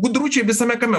gudručiai visame kame